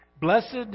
Blessed